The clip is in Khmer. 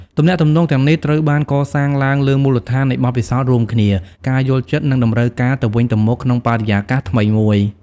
ទំនាក់ទំនងទាំងនេះត្រូវបានកសាងឡើងលើមូលដ្ឋាននៃបទពិសោធន៍រួមគ្នា ការយល់ចិត្ត និងតម្រូវការទៅវិញទៅមកក្នុងបរិយាកាសថ្មីមួយ ។